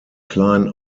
klein